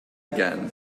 again